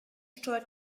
steuert